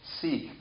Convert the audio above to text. seek